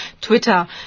Twitter